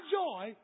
joy